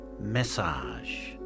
massage